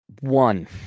one